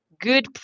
good